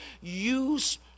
use